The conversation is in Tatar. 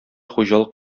хуҗалык